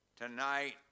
Tonight